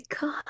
God